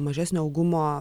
mažesnio augumo